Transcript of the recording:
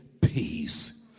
peace